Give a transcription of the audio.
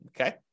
Okay